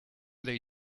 they